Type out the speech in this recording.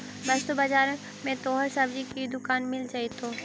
वस्तु बाजार में तोहरा सब्जी की दुकान मिल जाएतो